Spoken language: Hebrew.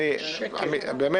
איך מזה בן ארי